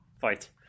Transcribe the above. Fight